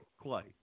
Clay